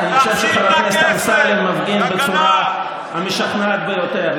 אני חושב שחבר הכנסת אמסלם מפגין את זה בצורה המשכנעת ביותר,